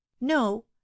no